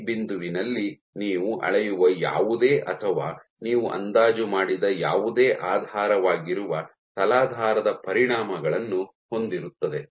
A ಬಿಂದುವಿನಲ್ಲಿ ನೀವು ಅಳೆಯುವ ಯಾವುದೇ ಅಥವಾ ನೀವು ಅಂದಾಜು ಮಾಡಿದ ಯಾವುದೇ ಆಧಾರವಾಗಿರುವ ತಲಾಧಾರದ ಪರಿಣಾಮಗಳನ್ನು ಹೊಂದಿರುತ್ತದೆ